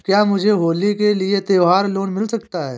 क्या मुझे होली के लिए त्यौहार लोंन मिल सकता है?